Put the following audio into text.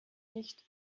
nicht